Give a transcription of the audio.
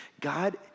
God